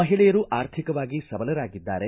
ಮಹಿಳೆಯರು ಆರ್ಥಿಕವಾಗಿ ಸಬಲರಾಗಿದ್ದಾರೆ